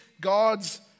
God's